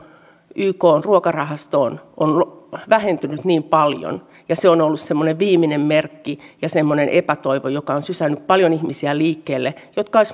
ykn ruokarahastoon on vähentynyt niin paljon ja se on ollut semmoinen viimeinen merkki ja semmoinen epätoivo joka on sysännyt liikkeelle paljon ihmisiä jotka olisivat